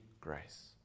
grace